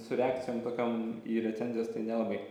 su reakcijom tokiom į recenzijas tai nelabai